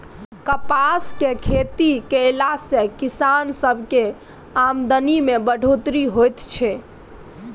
कपासक खेती कएला से किसान सबक आमदनी में बढ़ोत्तरी होएत छै